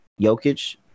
Jokic